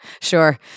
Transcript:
Sure